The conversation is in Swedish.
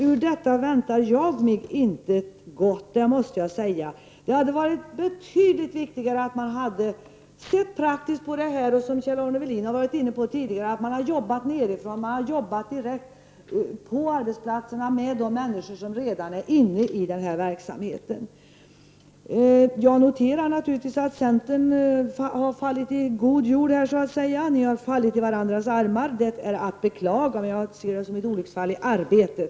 Ur detta väntar jag mig intet gott, det måste jag säga! Det är betydligt viktigare att se praktiskt på dessa frågor och, som Kjell Arne Welin sade, att arbeta med dessa frågor på arbetsplatserna med de människor som redan är inblandade i denna verksamhet. Jag noterar naturligtvis att centern har fallit i god jord så att säga, centern och socialdemokraterna har ju fallit i varandras armar. Det är att beklaga, men jag uppfattar detta som ett olycksfall i arbetet.